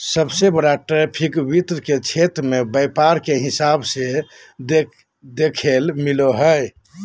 सबसे बड़ा ट्रैफिक वित्त के क्षेत्र मे व्यापार के हिसाब से देखेल मिलो हय